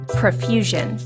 profusion